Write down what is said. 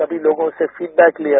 कमी लोगों से फीडबैक लिया